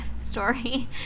story